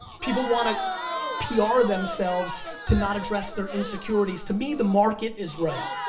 people wanna pr themselves to not address their insecurities, to me the market is right,